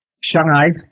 Shanghai